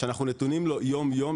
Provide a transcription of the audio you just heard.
שאנחנו נתונים לו יום-יום.